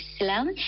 Islam